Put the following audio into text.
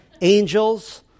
angels